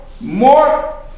more